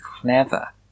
clever